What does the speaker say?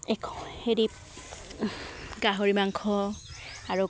এ হেৰি গাহৰি মাংস আৰু